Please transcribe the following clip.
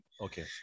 Okay